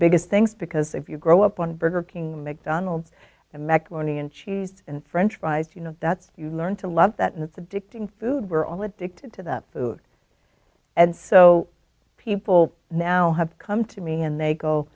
biggest things because if you grow up on burger king mcdonald's and macaroni and cheese and french fries you know that's you learn to love that the victim food we're all addicted to that food and so people now have come to me and